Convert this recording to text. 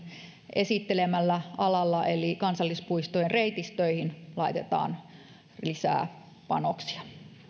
esittelemällä alalla eli kansallispuistojen reitistöihin laitetaan lisää panoksia